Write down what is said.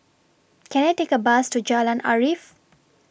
Can I Take A Bus to Jalan Arif